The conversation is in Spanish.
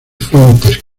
fuentes